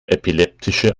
epileptische